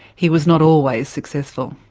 he was not always successful.